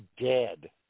dead